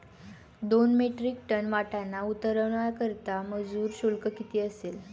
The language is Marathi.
दोन मेट्रिक टन वाटाणा उतरवण्याकरता मजूर शुल्क किती असेल?